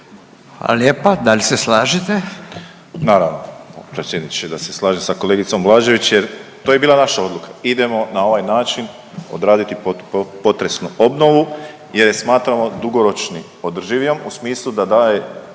Hvala lijepa. Da li se slažete? **Borić, Josip (HDZ)** Naravno potpredsjedniče da se slažem sa kolegicom Blažević jer to je bila naša odluka, idemo na ovaj način odraditi postpotresnu obnovu jer je smatramo dugoročno održivijom u smislu da daje